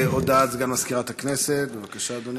הודעת סגן מזכירת הכנסת, בבקשה, אדוני.